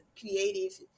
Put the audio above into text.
creative